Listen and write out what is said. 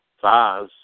size